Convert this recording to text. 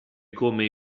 come